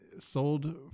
Sold